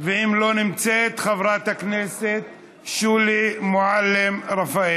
ואם היא לא נמצאת, חברת הכנסת שולי מועלם-רפאלי.